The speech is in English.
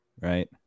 right